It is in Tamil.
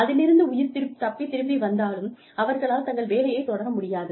அதிலிருந்து உயிர் தப்பி திரும்பி வந்தாலும் அவர்களால் தங்கள் வேலையைத் தொடர முடியாது